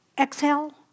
Exhale